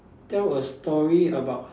tell a story about